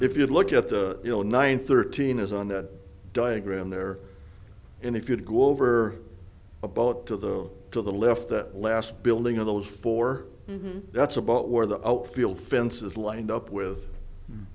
if you look at the you know nine thirteen is on that diagram there and if you go over a boat to the to the left the last building of those four that's about where the outfield fence is lined up